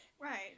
right